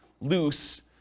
loose